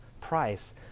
price